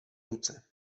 ruce